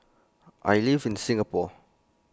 I live in Singapore